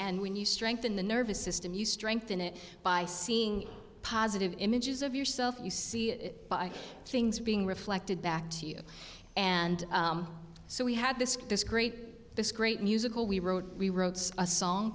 and when you strengthen the nervous system you strengthen it by seeing positive images of yourself you see by things being reflected back to you and so we had this this great this great musical we wrote we wrote a song